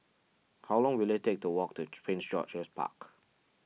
how long will it take to walk to Prince George's Park